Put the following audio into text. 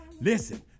Listen